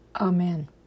Amen